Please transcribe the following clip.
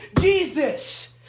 Jesus